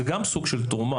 זה גם סוג של תרומה.